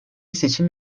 seçim